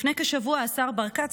לפני כשבוע השר ברקת,